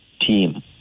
team